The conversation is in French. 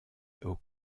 aux